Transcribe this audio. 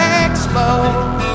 explode